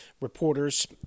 reporters